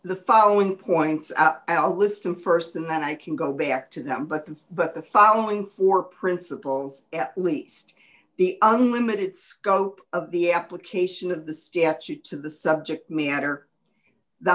the following points i'll list them st and then i can go back to them but the but the following four principles at least the unlimited scope of the application of the statute to the subject matter the